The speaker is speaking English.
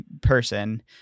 person